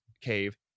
cave